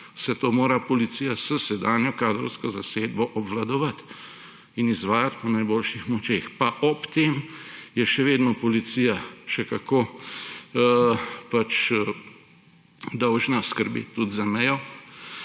Vse to mora policija s sedanjo kadrovsko zasedbo obvladovati in izvajati po najboljših močeh. Pa ob tem je še vedno policija še kako dolžna skrbeti tudi za mejo,